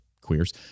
queers